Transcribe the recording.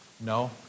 No